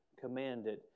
commanded